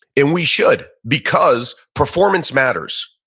and we should because performance matters.